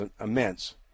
immense